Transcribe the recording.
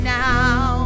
now